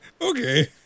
Okay